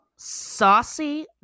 saucy